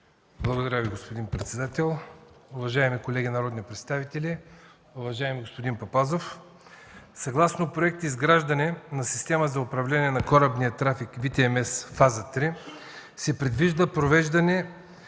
Благодаря Ви, господин председател. Уважаеми колеги народни представители, уважаеми господин Папазов! Съгласно Проект „Изграждане на система за управление на корабния трафик (VTMIS, фаза 3)” се предвижда привеждане в